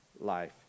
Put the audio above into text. life